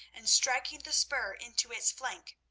and striking the spur into its flank,